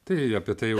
tai apie tai jau